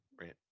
right